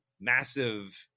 massive